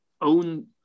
own